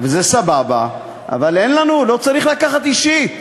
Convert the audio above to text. וזה סבבה, אבל אין לנו, לא צריך לקחת אישית.